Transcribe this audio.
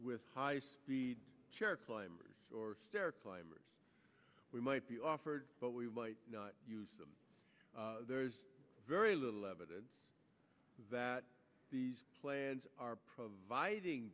with high speed chair climbers or stair climbers we might be offered but we might not use them there's very little evidence that these plans are providing